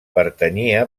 pertanyia